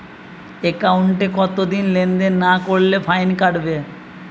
একাউন্টে কতদিন লেনদেন না করলে ফাইন কাটবে?